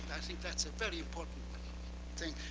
i think that's a very important thing,